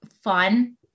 fun